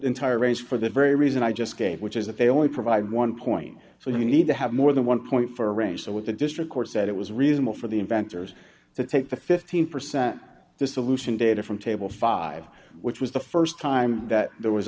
entire range for the very reason i just gave which is that they only provide one point so you need to have more than one point for a range so what the district court said it was reasonable for the inventors to take the fifteen percent the solution data from table five which was the st time that there was